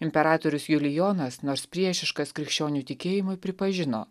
imperatorius julijonas nors priešiškas krikščionių tikėjimui pripažino